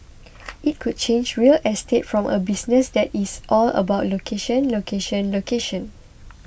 it could change real estate from a business that is all about location location location